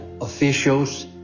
officials